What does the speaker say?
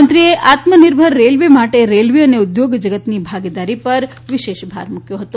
મંત્રીએ આત્મનિર્ભર રેલવ માટે રેલવ અન ઉદ્યોગ ગતની ભાગીદારી પર ખાસ ભાર મુકયો હતો